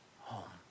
home